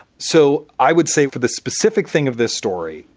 so i would say for the specific thing of this story,